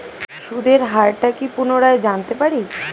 সুদের হার টা কি পুনরায় জানতে পারি?